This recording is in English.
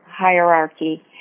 hierarchy